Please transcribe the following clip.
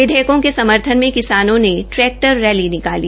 विधेयकों के समर्थन में किसानों ने ट्रैक्टर रैली निकाली